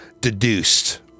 deduced